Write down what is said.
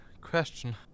question